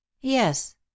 yes